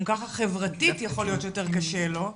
ככה חברתית יכול להיות שיותר קשה לו,